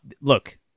look